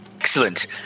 Excellent